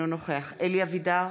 אלי אבידר,